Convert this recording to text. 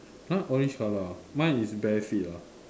!huh! orange color ah mine is bare feet ah